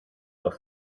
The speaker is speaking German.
auf